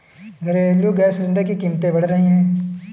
घरेलू gas cylinder की कीमतें बढ़ रही है